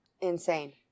Insane